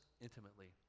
intimately